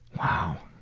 wow!